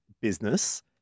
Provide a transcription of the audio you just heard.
business